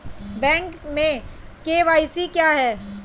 Bank में KYC क्या है?